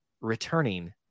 returning